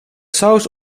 saus